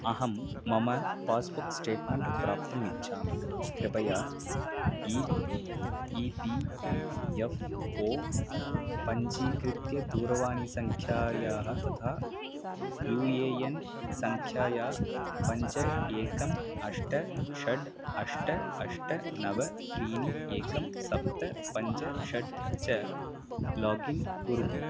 अहं मम passbook statement प्राप्तु्म् इच्छामि कृपया ईप् ई पि एफ़् ओ पञ्चीकृत्य दूरवाणीसङ्ख्यायाः तथा यु ए एन् सङ्ख्यायाः पञ्च एकम् अष्ट षड् अष्ट अष्ट नव त्रीणि एकं सप्त पञ्च षड् च लोगिन् कुरु